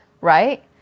right